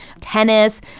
tennis